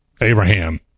Abraham